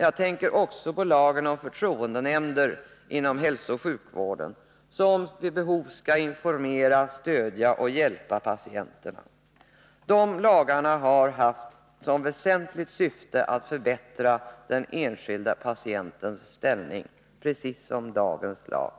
Jag tänker också på lagen om förtroendenämnder inom hälsooch sjukvården, som vid behov skall informera, stödja och hjälpa patienter. De lagarna har haft som väsentligt syfte att förbättra den enskilde patientens ställning, precis som dagens lag.